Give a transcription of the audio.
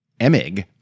Emig